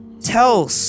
tell